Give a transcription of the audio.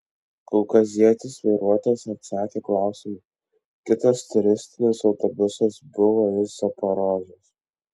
kaukazietis vairuotojas atsakė klausimu kitas turistinis autobusas buvo iš zaporožės